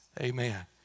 Amen